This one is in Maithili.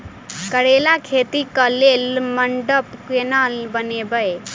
करेला खेती कऽ लेल मंडप केना बनैबे?